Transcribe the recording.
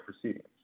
proceedings